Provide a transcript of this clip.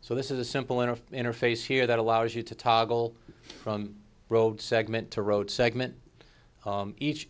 so this is a simple enough interface here that allows you to toggle from road segment to road segment each